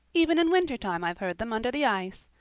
even in winter-time i've heard them under the ice.